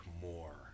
more